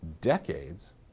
decades